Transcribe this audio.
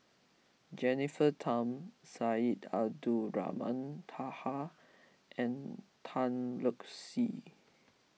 Jennifer Tham Syed Abdulrahman Taha and Tan Lark Sye